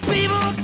People